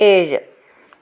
ഏഴ്